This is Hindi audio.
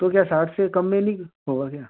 तो क्या साठ से कम में नहीं होगा क्या